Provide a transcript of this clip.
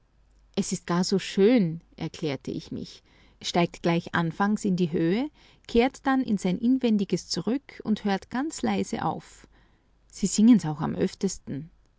es ist gar so schön erklärte ich mich steigt gleich anfangs in die höhe kehrt dann in sein inwendiges zurück und hört ganz leise auf sie singen's auch am öftesten